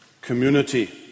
community